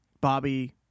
Bobby